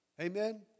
Amen